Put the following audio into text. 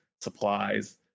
supplies